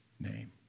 name